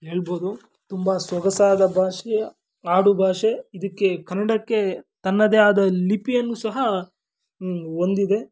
ಹೇಳ್ಬೋದು ತುಂಬ ಸೊಗಸಾದ ಭಾಷೆ ನಾಡು ಭಾಷೆ ಇದಕ್ಕೆ ಕನ್ನಡಕ್ಕೆ ತನ್ನದೇ ಆದ ಲಿಪಿಯನ್ನು ಸಹ ಹೊಂದಿದೆ